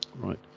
Right